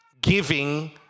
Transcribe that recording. giving